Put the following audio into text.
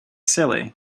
silly